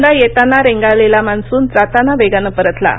यंदा येताना रेंगाळलेला मान्सून जाताना वेगानं परतला